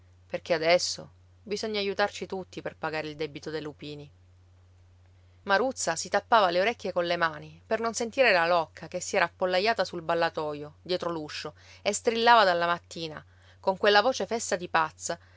perché adesso bisogna aiutarci tutti per pagare il debito dei lupini maruzza si tappava le orecchie colle mani per non sentire la locca che si era appollaiata sul ballatoio dietro l'uscio e strillava dalla mattina con quella voce fessa di pazza